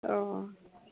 अ